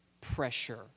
pressure